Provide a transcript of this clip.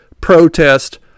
protest